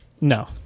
No